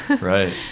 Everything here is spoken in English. Right